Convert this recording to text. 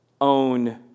own